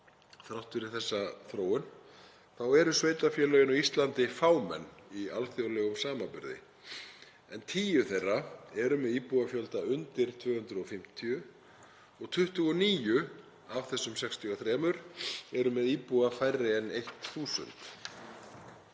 þrátt fyrir þessa þróun, eru sveitarfélögin á Íslandi þó fámenn í alþjóðlegum samanburði en tíu þeirra eru með íbúafjölda undir 250 og 29 af þessum 63 eru með íbúa færri en 1.000.